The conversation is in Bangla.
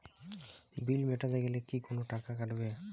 বিল মেটাতে গেলে কি কোনো টাকা কাটাবে?